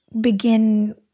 begin